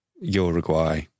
Uruguay